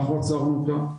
אנחנו עצרנו אותה,